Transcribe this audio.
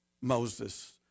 Moses